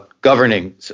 governing